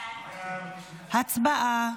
הצבעה.